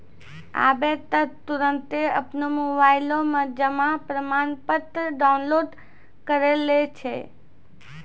आबै त तुरन्ते अपनो मोबाइलो से जमा प्रमाणपत्र डाउनलोड करि लै छै